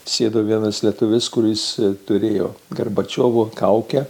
sėdo vienas lietuvis kuris turėjo gorbačiovo kaukę